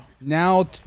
Now